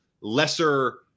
lesser